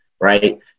right